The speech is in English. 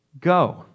Go